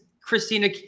Christina